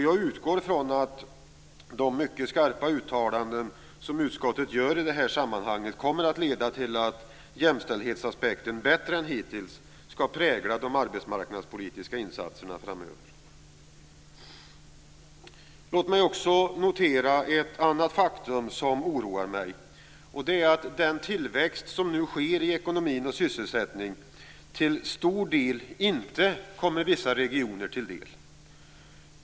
Jag utgår från att de mycket skarpa uttalanden som utskottet gör i det här sammanhanget kommer att leda till att jämställdhetsaspekten bättre än hittills skall prägla de arbetsmarknadspolitiska insatserna i framöver. Låt mig också notera ett annat faktum som oroar mig mycket. Det är att den tillväxt som nu sker i ekonomin och sysselsättningen till stor del inte kommer vissa regioner till del.